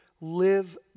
live